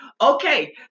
Okay